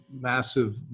massive